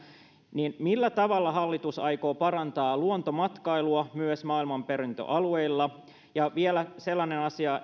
millä tavalla hallitus aikoo parantaa luontomatkailua myös maailmanperintöalueilla ja vielä sellainen asia